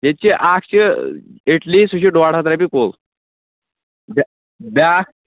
ییٚتہِ اَکھ چھِ اِٹلی سُہ چھِ ڈۄڑ ہَتھ رۄپیہِ کُل بیٛا بیٛاکھ